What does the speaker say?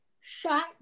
shot